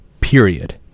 period